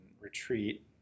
retreat